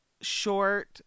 short